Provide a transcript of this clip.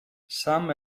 some